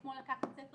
כמו לקחת ספר